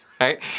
Right